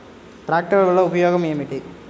ట్రాక్టర్ల వల్ల ఉపయోగం ఏమిటీ?